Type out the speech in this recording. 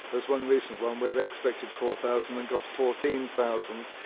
was one recent one where they expected four thousand and got fourteen thousand,